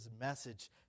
message